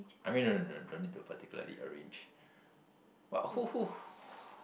I mean don't don't need to open don't need to arrange but who who